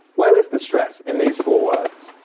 where is the stress in these four words?